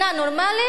נורמלית,